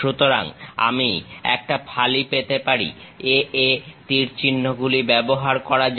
সুতরাং আমি একটা ফালি পেতে পারি A A তীর চিহ্নগুলি ব্যবহার করা যাক